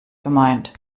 gemeint